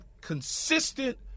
consistent